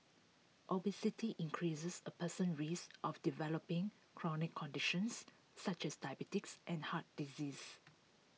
obesity increases A person's risk of developing chronic conditions such as diabetes and heart disease